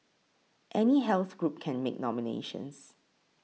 any health group can make nominations